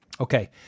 Okay